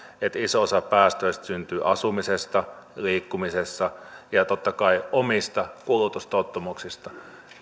että iso osa päästöistä syntyy asumisesta liikkumisesta ja totta kai omista kulutustottumuksista